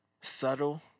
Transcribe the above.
subtle